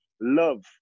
love